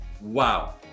Wow